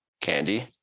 candy